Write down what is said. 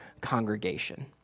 congregation